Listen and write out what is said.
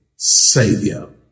Savior